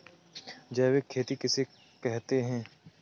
जैविक खेती किसे कहते हैं?